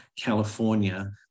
California